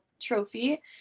trophy